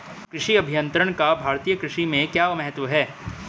कृषि अभियंत्रण का भारतीय कृषि में क्या महत्व है?